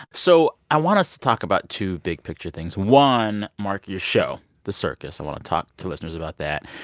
so i want us to talk about two big-picture things. one, mark, your show, the circus i want to talk to listeners about that.